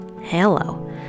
Hello